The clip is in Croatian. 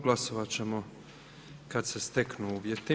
Glasovat ćemo kad se steknu uvjeti.